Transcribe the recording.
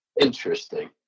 Interesting